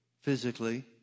physically